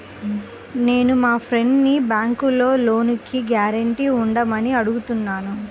నేను మా ఫ్రెండ్సుని బ్యేంకులో లోనుకి గ్యారంటీగా ఉండమని అడుగుతున్నాను